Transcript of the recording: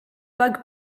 bug